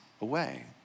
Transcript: away